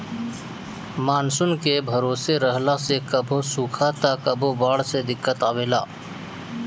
monsoon के भरोसे रहला से कभो सुखा त कभो बाढ़ से दिक्कत आवेला